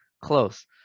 close